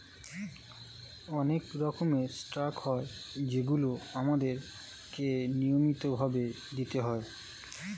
অনেক রকমের ট্যাক্স হয় যেগুলো আমাদের কে নিয়মিত ভাবে দিতেই হয়